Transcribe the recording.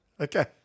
Okay